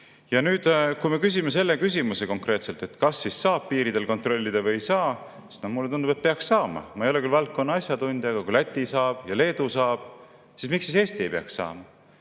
Nüüd, kui me küsime konkreetselt küsimuse, kas siis saab piiridel kontrollida või ei saa, siis mulle tundub, et peaks saama. Ma ei ole küll valdkonna asjatundja, aga kui Läti saab ja Leedu saab, miks siis Eesti ei peaks saama?